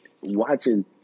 watching